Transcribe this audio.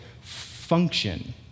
function